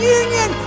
union